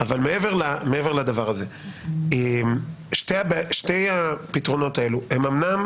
מעבר לדבר הזה, שני הפתרונות האלה הם אומנם